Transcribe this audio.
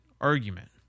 argument